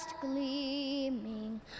gleaming